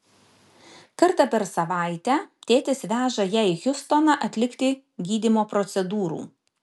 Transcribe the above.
kartą per savaitę tėtis veža ją į hjustoną atlikti gydymo procedūrų